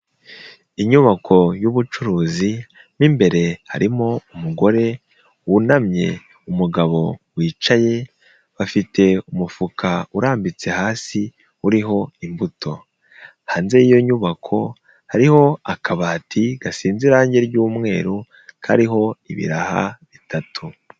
Inyubako y'ubucuruzi mo imbere harimo umugore wunamye umugabo wicaye bafite umufuka urambitse hasi uriho imbuto, hanze yiyo nyubako hariho akabati gasinze irangi ryumweru kariho ibiraha bitatu.